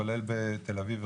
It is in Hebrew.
כולל בתל אביב,